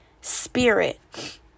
Spirit